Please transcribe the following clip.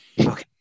Okay